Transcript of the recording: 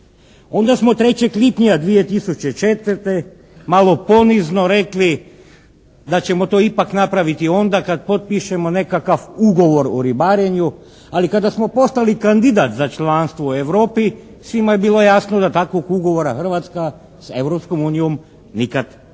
Onda smo 3. lipnja 2004. malo ponizno rekli da ćemo to ipak napraviti onda kad potpišemo nekakav ugovor o ribarenju, ali kada smo postali kandidat za članstvo u Europi svima je bilo jasno da takvog ugovora Hrvatska s Europskom